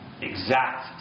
exact